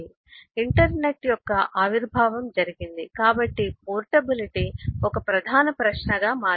internet యొక్క ఆవిర్భావం జరిగింది కాబట్టి పోర్టబిలిటీ ఒక ప్రధాన ప్రశ్నగా మారింది